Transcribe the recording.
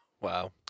wow